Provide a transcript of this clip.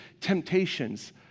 temptations